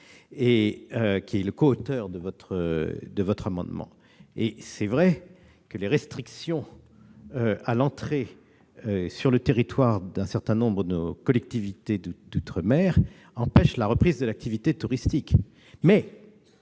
Magras, coauteur de cet amendement. Il est vrai que les restrictions à l'entrée sur le territoire d'un certain nombre de collectivités d'outre-mer empêchent la reprise de l'activité touristique.